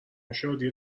شادی